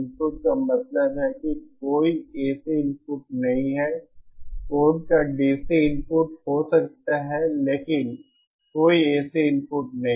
input का मतलब है कि कोई एसी इनपुट नहीं है कोड का डीसी इनपुट हो सकता है लेकिन कोई एसी इनपुट नहीं